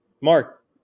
mark